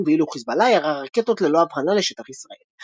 ואילו חזבאללה ירה רקטות ללא אבחנה לשטח ישראל.